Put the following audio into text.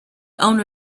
owner